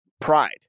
pride